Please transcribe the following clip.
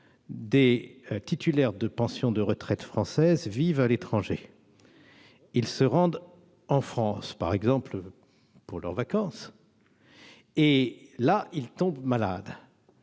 des titulaires de pensions de retraite françaises vivent à l'étranger. Ils se rendent en France, par exemple pour leurs vacances, et tombent malades.